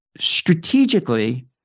strategically